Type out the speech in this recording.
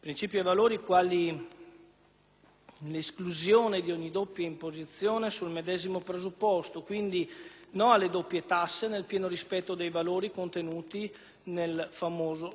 l'esclusione di ogni doppia imposizione sul medesimo presupposto (quindi, no alle doppie tasse, nel pieno rispetto dei valori contenuti nel famoso Statuto del contribuente).